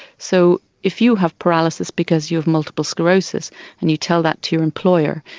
so if you have paralysis because you have multiple sclerosis and you tell that to your employer,